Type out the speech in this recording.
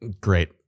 Great